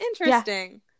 interesting